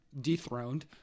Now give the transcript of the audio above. dethroned